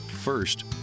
First